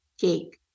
cake